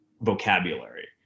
vocabulary